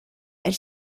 elle